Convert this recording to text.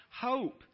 hope